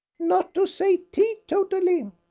not to say teetotally.